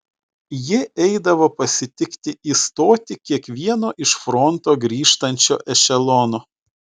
ji eidavo pasitikti į stotį kiekvieno iš fronto grįžtančio ešelono